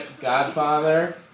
Godfather